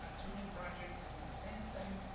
um tuning project to do the same thing,